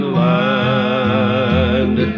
land